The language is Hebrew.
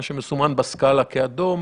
מה שמסומן בסקאלה כאדום,